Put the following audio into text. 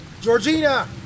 Georgina